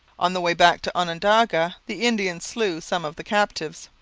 on the way back to onondaga the indians slew some of the captives.